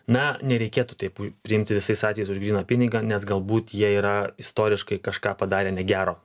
na nereikėtų taip priimti visais atvejais už gryną pinigą nes galbūt jie yra istoriškai kažką padarę negero